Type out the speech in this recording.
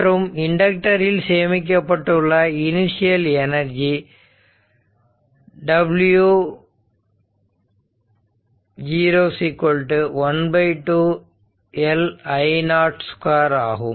மற்றும் இண்டக்டர் இல் சேமிக்கப்பட்டுள்ள இனிஷியல் எனர்ஜி W ½ LI0 2 ஆகும்